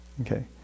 Okay